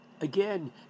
Again